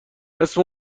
اسم